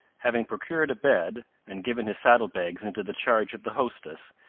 having procured a bed, and given his saddle-bags into the charge of the hostess,